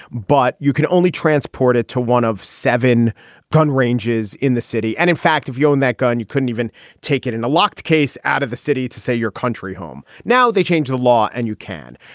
but you can only transported to one of seven gun ranges in the city. and in fact, if you own that gun, you couldn't even take it in a locked case out of the city to say your country home. now, they changed the law and you can.